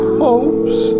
hopes